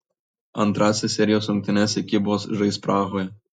antrąsias serijos rungtynes ekipos žais prahoje